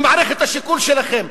ממערכת השיקול שלכם,